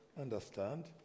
understand